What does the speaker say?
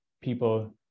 people